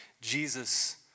Jesus